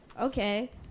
Okay